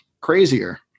crazier